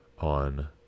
on